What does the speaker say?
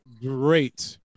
great